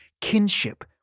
kinship